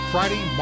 Friday